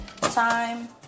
time